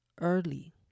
early